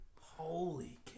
Holy